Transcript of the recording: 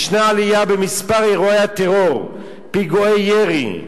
יש עלייה במספר אירועי הטרור, פיגועי ירי,